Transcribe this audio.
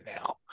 now